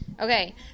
Okay